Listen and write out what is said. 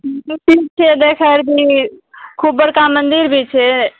देखय भी खूब बड़का मन्दिर भी छै